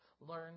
learn